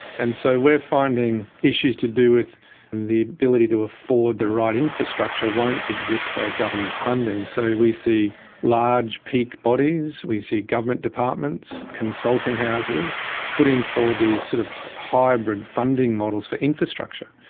and so we are finding issues to do with the ability to afford the right infrastructure won't exist by government funding. so we see large peak bodies, we see government departments, consulting houses putting forward these sort of hybrid funding models for infrastructure.